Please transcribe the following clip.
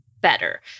better